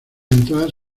entradas